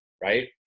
right